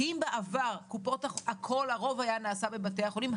כי אם בעבר הרוב נעשה בבתי החולים,